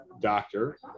doctor